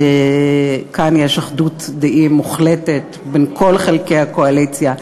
שכאן יש אחדות דעים מוחלטת בין כל חלקי הקואליציה.